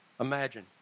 Imagine